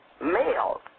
males